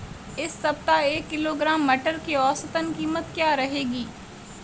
इस सप्ताह एक किलोग्राम मटर की औसतन कीमत क्या रहेगी?